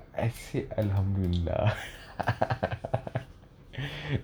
I said alhamdulilah